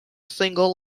single